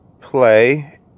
play